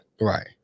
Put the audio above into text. Right